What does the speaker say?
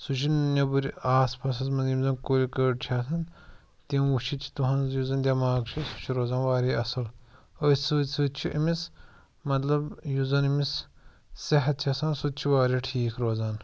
سُہ چھُ نیٚبٕرۍ آس پاسَس منٛز یِم زَن کُلۍ کٔٹۍ چھِ آسان تِم وُچھِتھ چھِ تہنٛز یُس زَن دیٚماغ چھُ سُہ چھُ روزان وارِیاہ اصٕل أتھۍ سۭتۍ سۭتۍ چھُ أمِس مطلب یُس زَن أمِس صحت چھِ آسان سُہ تہِ چھُ وارِیاہ ٹھیٖک روزان